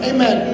Amen